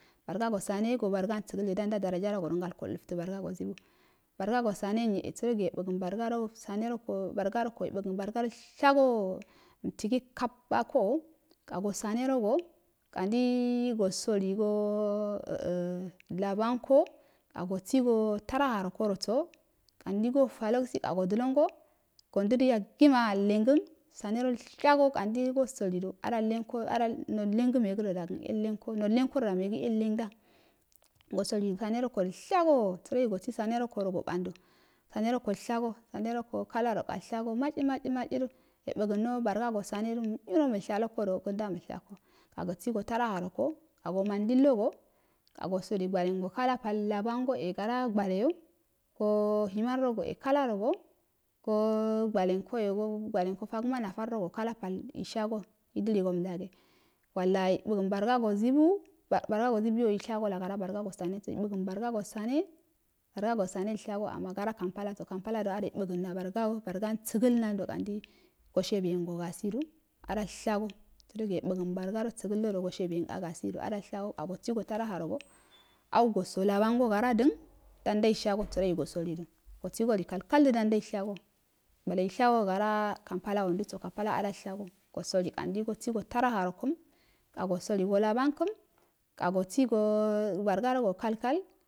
Banga go same go baraga ro bagal go baura ga go sane donda da ra ragodo ngalko utal baraga so zibu banga so sane enya saragi yenagon beraga ko yanagon ba rasarol shago akikab ako so sambego kandi so saligo a a labo onko a goshigo taurha rakor sokandi so talangobi ka go dalongo gondodi yaggimalendgan bomerolshago kandi go balidu ada lenko adoul no lengo do da gan a lenkou nolnenkoda megu e langdon goboli sane volkolshago sarogi go si sane roko go mando sanerokoshago sane roko kalonokal shago matehi matehi matchida yebagano bawago so sane do riyiro melshalo kodis gando mugkha ka sobigo torah aroko ka so mand ilogo kasa sidu kalapal laboargo e gara gwala nyo go hi marogo he kala roo go gwalenko yo go gwalenkoye e kagarma kalarogo natarogo kala pal eshago maidili gomdado woulda yebu do baraga go zibu ba boraga go zibu ba boraga go zibuyo eshago la baraga so soeso ye bugan bowsa so sane barago saneyoishayo anna gara kampah so kampalado a yebugan do borragoa ba ragan bagal nando kandi go shibiyenso gashidu adoul shago sərogh yebugun bawagaro sagaido goshishibi yeugo gasidu adalshaga sa rogi yebugan bararo sagaido goshibuyengo gosido adalshago ka gosi go taraharogo au sogo labutango gara dari dandaishago sarogi go soido gos koi kalkalda dandaishaso wadai shago gara kampalado wandaoso kam palado ade shago gasoli kandi goshigo tararokum ka gosiga baragaro kalkal,